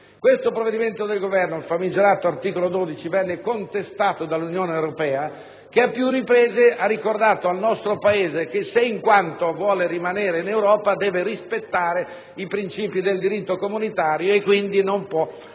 Questo provvedimento del Governo, il famigerato articolo 12 del decreto-legge n. 262 del 2006, venne contestato dall'Unione europea, che a più riprese ha ricordato al nostro Paese che, se e in quanto vuole rimanere in Europa, deve rispettare i princìpi del diritto comunitario e quindi non può